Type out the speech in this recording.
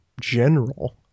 general